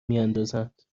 میاندازند